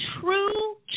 true